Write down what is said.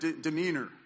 demeanor